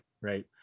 right